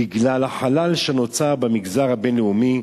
בגלל החלל שנוצר במגזר הבין-לאומי,